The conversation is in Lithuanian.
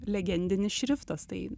legendinis šriftas tai